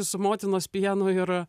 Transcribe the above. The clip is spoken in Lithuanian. su motinos pienu ir